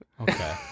Okay